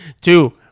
Two